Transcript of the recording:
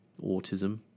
autism